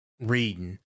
reading